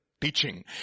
teaching